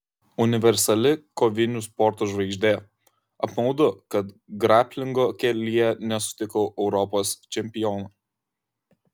universali kovinių sportų žvaigždė apmaudu kad graplingo kelyje nesutikau europos čempiono